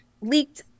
leaked